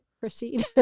proceed